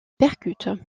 percute